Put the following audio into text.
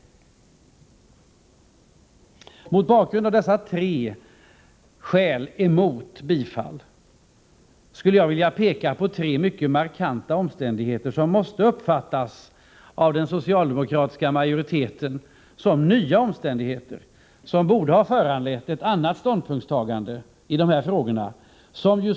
Mot bakgrund av dessa tre skäl mot bifall skulle jag vilja peka på tre mycket markanta omständigheter, som måste uppfattas av den socialdemokratiska majoriteten som nya omständigheter, vilka borde ha föranlett ett annat ståndpunktstagande i de här frågorna.